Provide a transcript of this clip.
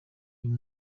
uyu